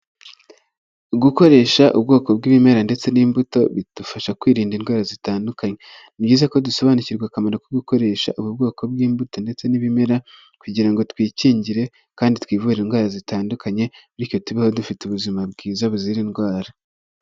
Gukoresha ubwoko bw'ibimera ndetse n'imbuto, bidufasha kwirinda indwara zitandukanye. Ni byiza ko dusobanukirwa akamaro ko gukoresha ubu bwoko bw'imbuto ndetse n'ibimera kugira ngo twikingire kandi twivure indwara zitandukanye, bityo tubeho dufite ubuzima bwiza buzira indwara.